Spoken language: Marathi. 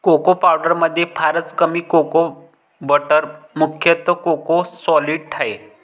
कोको पावडरमध्ये फारच कमी कोको बटर मुख्यतः कोको सॉलिड आहे